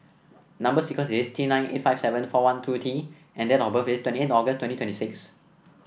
number sequence is T nine eight five seven four one two T and date of birth is twenty eight August twenty twenty six